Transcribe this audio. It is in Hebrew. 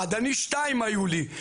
אני שתיים היו לי,